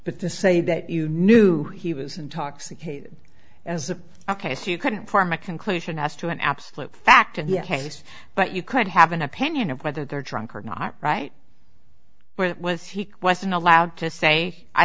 but to say that you knew he was intoxicated as a ok so you couldn't form a conclusion as to an absolute fact and yes but you could have an opinion of whether they're drunk or not right where it was he wasn't allowed to say i